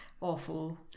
awful